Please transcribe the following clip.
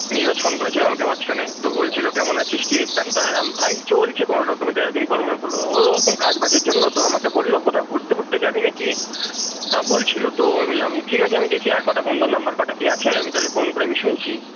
Neeraj phone করেছিল আমাকে মাঝখানে তো বলছিল কেমন আছিস কী বৃত্তান্ত আমি বললাম ভাই চলছে কোনও রকমে তা এত দিন পর মনে পড়লো ও ও রকম কাজবাজের জন্য তো আমাকে বললো কোথাও ঘুরতে ফুরতে যাবি না কি তা বলছিল তো আমি বললাম ঠিক আছে আমি দেখি আর কটা বন্ধুর নাম্বার কটা কী আছে আমি তাহলে ফোন করে আমি শুনছি